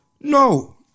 No